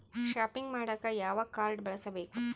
Shopping ಮಾಡಾಕ ಯಾವ card ಬಳಸಬೇಕು?